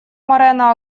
морено